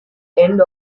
end